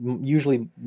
usually